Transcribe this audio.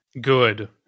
Good